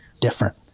different